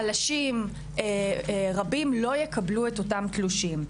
חלשים רבים, לא יקבלו את אותם תלושים.